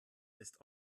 ist